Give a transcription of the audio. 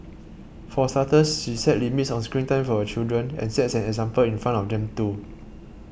for starters she set limits on screen time for her children and sets an example in front of them too